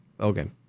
Okay